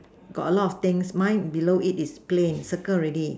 got a lot of things mine below it is plain circle already